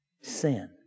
Sin